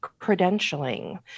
credentialing